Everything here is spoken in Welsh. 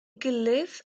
gilydd